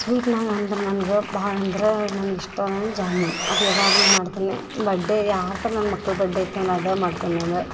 ಸ್ವೀಟ್ನಾಗ ಅಂದ್ರ ನನ್ಗೆ ಭಾಳ ಅಂದ್ರ ನನಗೆ ಇಷ್ಟ ಆಗುದಂದ್ರೆ ಜಾಮೂನ್ ಅದ ಯಾವಾಗಲೂ ಮಾಡ್ತೀನಿ ಬಡ್ಡೆ ಯಾರ್ದ ನನ್ನ ಮಕ್ಳು ಬಡ್ಡೆ ಇತ್ತಂದ್ರೆ ಅದು ಮಾಡ್ತೇನೆ ನಾನು